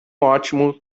ótimo